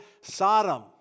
Sodom